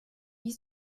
wie